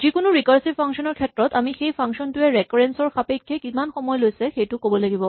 যিকোনো recursive function ৰ ক্ষেত্ৰত আমি সেই ফাংচন টোৱে ৰেকাৰেঞ্চ ৰ সাপেক্ষে কিমান সময় লৈছে সেইটো ক'ব লাগিব